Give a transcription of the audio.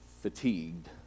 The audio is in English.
fatigued